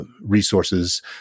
resources